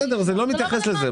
בסדר, אני לא מתייחס לזה.